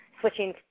switching –